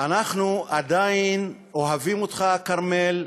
אנחנו עדיין אוהבים אותך, כרמל,